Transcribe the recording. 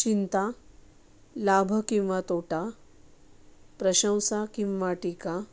चिंता लाभ किंवा तोटा प्रशंसा किंवा टीका